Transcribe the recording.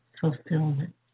fulfillment